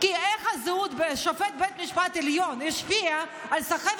איך שופט בית משפט עליון ישפיע על סחבת